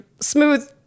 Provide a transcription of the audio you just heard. smooth